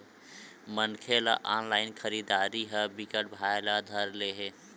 मनखे ल ऑनलाइन खरीदरारी ह बिकट भाए ल धर ले हे